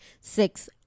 six